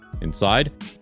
Inside